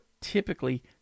typically